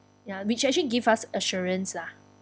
ya which actually give us assurance lah